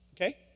Okay